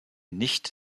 nicht